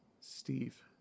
Steve